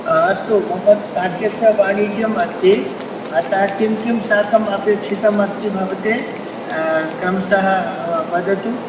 अस्तु मम साकेस्य वाणिज्यमस्ति अतः किं किं साकम् अपेक्षितं अस्ति भवते क्रमशः वदतु